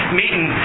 meeting